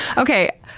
okay.